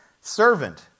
servant